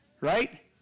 right